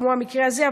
כמו במקרה הזה,